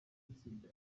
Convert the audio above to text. itsinda